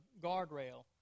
guardrail